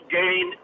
gain